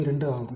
092 ஆகும்